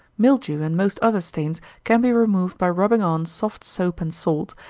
mildew and most other stains can be removed by rubbing on soft soap and salt,